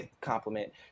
compliment